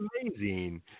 amazing